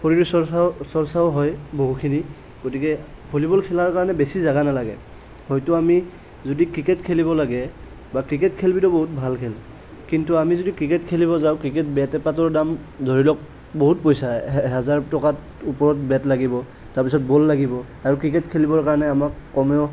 শৰীৰ চৰ্চা চৰ্চাও হয় বহুখিনি গতিকে ভলীবল খেলাৰ কাৰণে বেছি জেগা নালাগে হয়তো আমি যদি ক্ৰিকেট খেলিব লাগে বা ক্ৰিকেট খেলটো এটা বহুত ভাল খেল কিন্তু আমি যদি ক্ৰিকেট খেলিব যাওঁ ক্ৰিকেট বেটপাটৰ দাম ধৰিলওক বহুত পইচা এহে এহেজাৰ টকাৰ ওপৰত বেট লাগিব তাৰ পিছত বল লাগিব আৰু ক্ৰিকেট খেলিবৰ কাৰণে আমাক কমেও